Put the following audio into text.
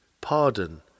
pardon